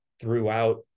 throughout